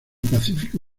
pacífico